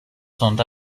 sont